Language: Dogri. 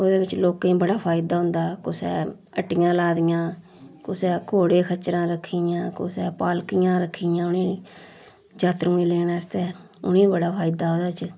एह्दे बिच्च लोकें ई बड़ा फायदा होंदा कुसै ने हट्टियां लाई दियां कुसै ने घोड़े ख़च्चरां रक्खी दियां कुसै पालकियां रक्खी दियां उनें गी यात्रुएं लैने बास्तै उ'नें गी बड़ा फायदा ओह्दे बिच्च